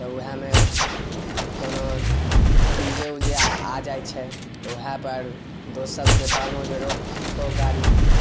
तऽ वएहेम कोनो डी जे उजे आ आ जाइ छै तऽ ओहेपर दोस्त सभके कहलहुँ जे रोको गाड़ी